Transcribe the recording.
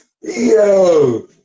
Yo